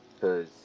cause